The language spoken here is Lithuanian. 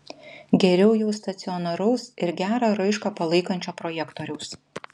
geriau jau stacionaraus ir gerą raišką palaikančio projektoriaus